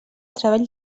treball